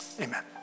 Amen